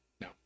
no